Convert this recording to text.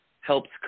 helps